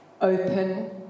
open